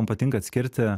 man patinka atskirti